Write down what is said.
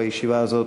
בישיבה הזאת,